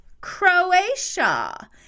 Croatia